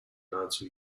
nahezu